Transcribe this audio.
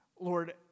Lord